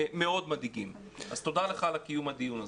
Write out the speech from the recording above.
מאוד מדאיגים, אז תודה לך על קיום הדיון הזה.